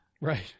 Right